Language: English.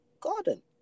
Garden